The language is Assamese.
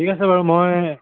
ঠিক আছে বাৰু মই